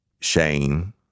Shane